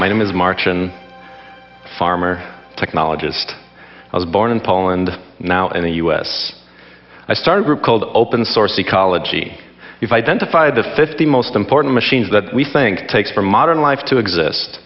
my name is martian farmer technologist i was born in poland now in the u s i started group called open source ecology you've identified the fifty most important machines that we think take for modern life to exist